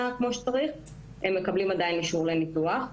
כמו שצריך והם עדיין מקבלים אישור לניתוח.